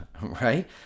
right